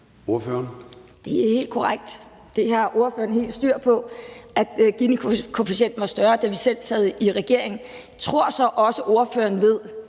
Dyhr (SF): Det er helt korrekt. Det har ordføreren helt styr på, nemlig at Ginikoefficienten var større, da vi selv sad i regering. Jeg tror så også, at ordføreren ved,